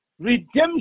Redemption